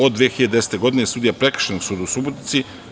Od 2010. godine je sudija Prekršajnog suda u Subotici.